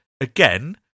again